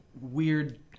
weird